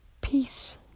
peace